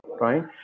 right